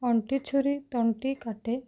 ଅଣ୍ଟିଛୁରୀ ତଣ୍ଟିକାଟେ